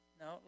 No